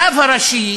הרב הראשי